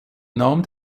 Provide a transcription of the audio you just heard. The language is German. nahm